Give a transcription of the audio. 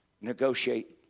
negotiate